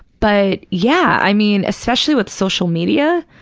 but yeah, i mean, especially with social media.